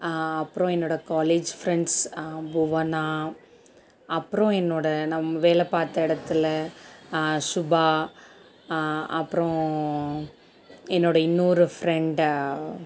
அப்புறம் என்னோடய college friends Bhuvana அப்புறம் என்னோட நான் வேலை பார்த்த இடத்தில் ஷுபா அப்புறம் என்னோடய இன்னொரு ஃப்ரெண்ட்ட